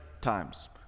times